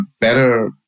better